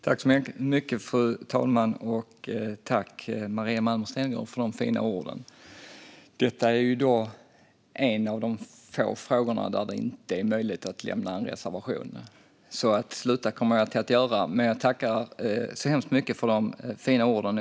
Fru talman! Tack, Maria Malmer Stenergard, för de fina orden! Detta är en av de få frågor där det inte är möjligt att lämna en reservation, så sluta kommer jag att göra. Men jag tackar så hemskt mycket för de fina orden.